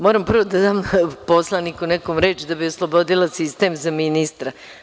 Moram prvo da dam nekom poslaniku reč, da bi oslobodila sistem za ministra.